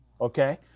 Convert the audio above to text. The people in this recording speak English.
Okay